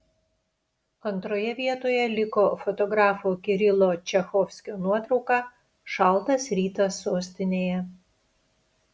antroje vietoje liko fotografo kirilo čachovskio nuotrauka šaltas rytas sostinėje